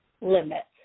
limits